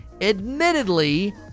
admittedly